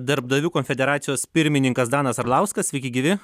darbdavių konfederacijos pirmininkas danas arlauskas sveiki gyvi